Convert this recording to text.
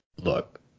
look